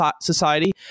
society